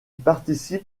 participe